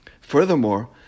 Furthermore